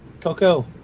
Coco